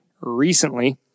Recently